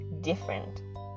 different